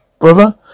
brother